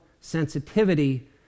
sensitivity